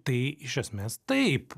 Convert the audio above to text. tai iš esmės taip